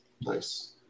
nice